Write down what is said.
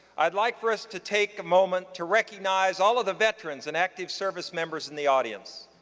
i'd like for us to take a moment to recognize all of the veterans and active service members in the audience.